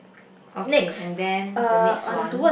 okay and then the next one